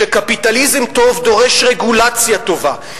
שקפיטליזם טוב דורש רגולציה טובה,